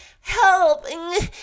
help